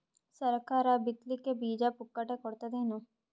ಸರಕಾರ ಬಿತ್ ಲಿಕ್ಕೆ ಬೀಜ ಪುಕ್ಕಟೆ ಕೊಡತದೇನು?